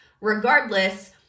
regardless